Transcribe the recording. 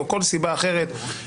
או כל סיבה אחרת,